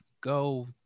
go